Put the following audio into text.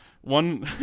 One